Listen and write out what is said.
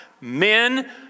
men